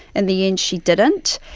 and the end she didn't.